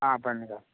आं थंड घाल